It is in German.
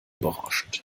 berauschend